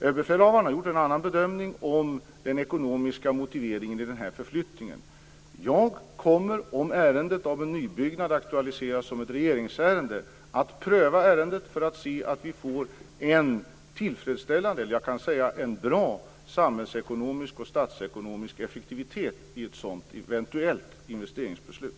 Överbefälhavaren har gjort en annan bedömning av den ekonomiska motiveringen för den här förflyttningen. Om ärendet om en nybyggnad aktualiseras som ett regeringsärende kommer jag att pröva ärendet för att se till att vi får en tillfredsställande - eller jag kan säga en bra - samhällsekonomisk och statsekonomisk effektivitet i ett sådant eventuellt investeringsbeslut.